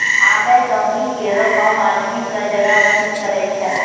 आबे दौनी केरो काम आदमी क जगह मसीन करै छै